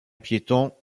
piéton